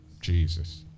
Jesus